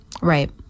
Right